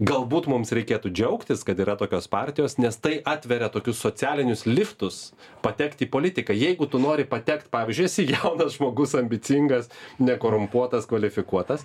galbūt mums reikėtų džiaugtis kad yra tokios partijos nes tai atveria tokius socialinius liftus patekt į politiką jeigu tu nori patekt pavyzdžiui esi jaunas žmogus ambicingas nekorumpuotas kvalifikuotas